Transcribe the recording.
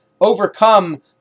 overcome